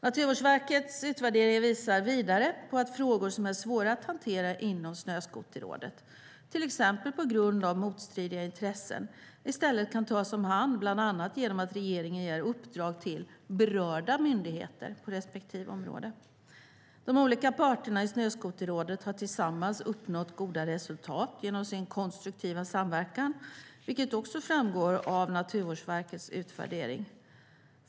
Naturvårdsverkets utvärdering visar vidare på att frågor som är svåra att hantera inom Snöskoterrådet, till exempel på grund av motstridiga intressen, i stället kan tas om hand bland annat genom att regeringen ger uppdrag till berörda myndigheter. De olika parterna i Snöskoterrådet har tillsammans uppnått goda resultat genom sin konstruktiva samverkan, vilket också framgår av Naturvårdsverkets utvärdering.